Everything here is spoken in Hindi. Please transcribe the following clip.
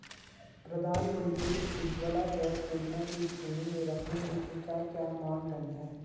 प्रधानमंत्री उज्जवला गैस योजना की श्रेणी में रखने हेतु क्या क्या मानदंड है?